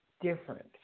different